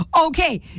Okay